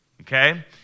Okay